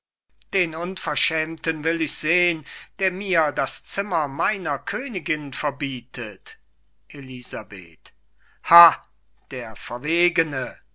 den unverschämten will ich sehn der mir das zimmer meiner königin verbietet elisabeth ha der verwegene